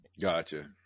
Gotcha